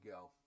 go